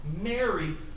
Mary